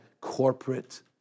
corporate